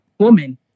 woman